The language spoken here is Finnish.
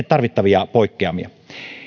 tarvittavia poikkeamia